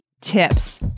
tips